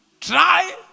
try